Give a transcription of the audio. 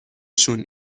شون